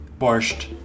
borscht